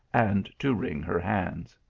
and to wring her hands.